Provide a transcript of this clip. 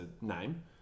name